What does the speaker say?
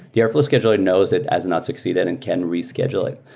the airflow scheduler knows it has not succeeded and can reschedule it.